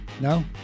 No